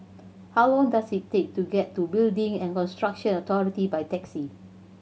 how long does it take to get to Building and Construction Authority by taxi